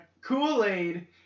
Kool-Aid